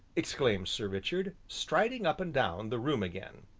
exclaimed sir richard, striding up and down the room again.